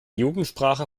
jugendsprache